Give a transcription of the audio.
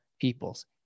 peoples